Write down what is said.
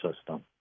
system